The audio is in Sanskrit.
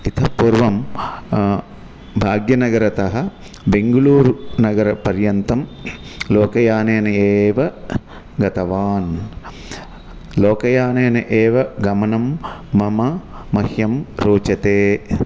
इतः पूर्वं भाग्यनगरतः बेङ्ग्ळूरु नगरपर्यन्तं लोकयानेन एव गतवान् लोकयानेन एव गमनं मम मह्यं रोचते